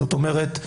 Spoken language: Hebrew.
זאת אומרת,